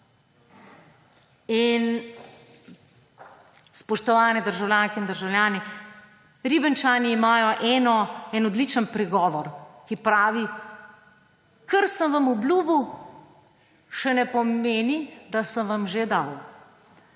Spoštovane državljanke in državljani, Ribničani imajo en odličen pregovor, ki pravi: »Kar sem vam obljubil, še ne pomeni, da sem vam že dal.«